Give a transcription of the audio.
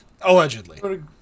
Allegedly